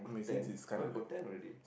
ten oh we got ten already